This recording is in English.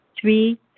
Three